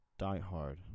diehard